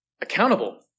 accountable